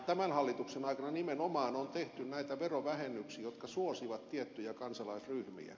tämän hallituksen aikana nimenomaan on tehty näitä verovähennyksiä jotka suosivat tiettyjä kansalaisryhmiä